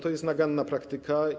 To jest naganna praktyka.